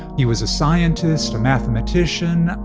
he was a scientist, a mathematician.